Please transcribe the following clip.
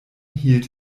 hielt